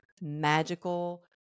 magical